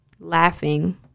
laughing